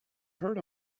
heard